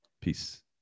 Peace